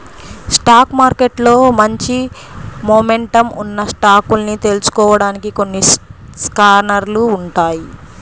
stock మార్కెట్లో మంచి momentum ఉన్న స్టాకుల్ని తెలుసుకోడానికి కొన్ని స్కానర్లు ఉంటాయ్